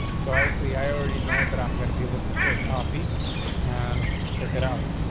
so obviously i already know that i'm gonna be looking for a copy and check it out.